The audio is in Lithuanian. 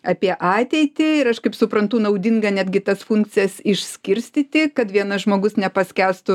apie ateitį ir aš kaip suprantu naudinga netgi tas funkcijas išskirstyti kad vienas žmogus nepaskęstų